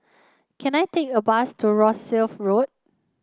can I take a bus to Rosyth Road